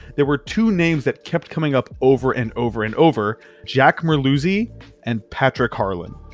there were two names that kept coming up over and over and over jack merluzzi and patrick harlan.